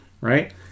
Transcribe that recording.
right